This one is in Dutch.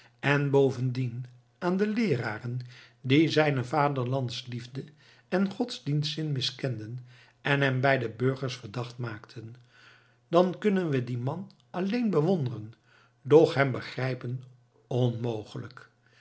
en bovendien aan de leeraren die zijne vaderlandsliefde en godsdienstzin miskenden en hem bij de burgers verdacht maakten dan kunnen we dien man alleen bewonderen doch hem begrijpen onmogelijk